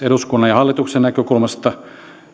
eduskunnan ja hallituksen näkökulmasta